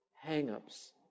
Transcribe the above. hang-ups